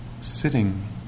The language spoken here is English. sitting